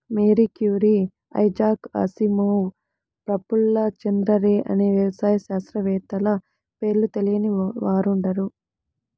Mary Curie, Isaac Asimov, Prafulla Chandra Ray అనే వ్యవసాయ శాస్త్రవేత్తల పేర్లు తెలియని వారుండరు